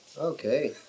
Okay